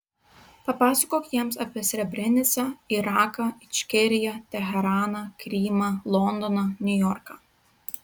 papasakok jiems apie srebrenicą iraką ičkeriją teheraną krymą londoną niujorką